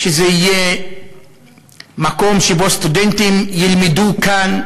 שזה יהיה מקום שבו סטודנטים ילמדו כאן,